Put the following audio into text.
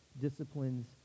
disciplines